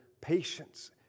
patience